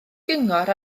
gyngor